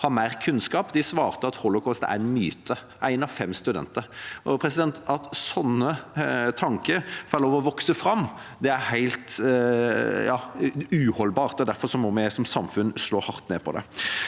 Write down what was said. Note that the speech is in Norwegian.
ha mer kunnskap, svarte at holocaust er en myte – én av fem studenter. At sånne tanker får lov å vokse fram, er helt uholdbart. Derfor må vi som samfunn slå hardt ned på det.